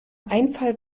einfall